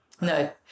No